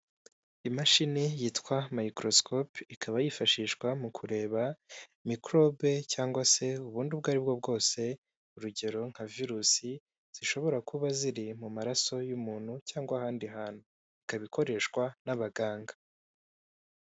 Imashini yitwa mayikorosikope ikaba yifashishwa mu kureba mikorobe cyangwa se ubundi ubwo ari bwo bwose, urugero nka virusi zishobora kuba ziri mu maraso y'umuntu cyangwa ahandi hantu, ikaba ikoreshwa n'abaganga.